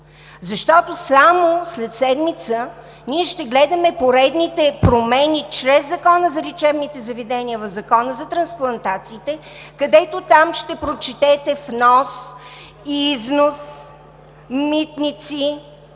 Защото само след седмица ние ще гледаме поредните промени чрез Закона за лечебните заведения в Закона за трансплантациите, където ще прочетете „внос“, „износ“, „митници“